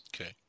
Okay